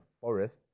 forest